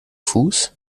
fuß